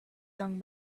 young